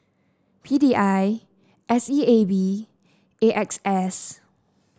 P D I S E A B and A X S